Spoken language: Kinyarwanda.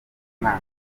umwana